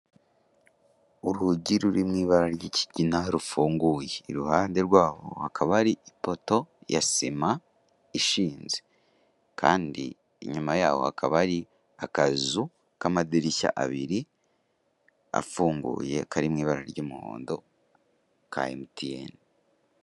Urugi ruri mu ibara ry'ikigina rufunguye, iruhande rwaho hakaba ari ipoto ya sima ishinze kandi inyuma yaho hakaba ari akazu k'amadirishya abiri afunguye, kari mu ibara ry'umuhondo ka MTN.